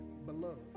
beloved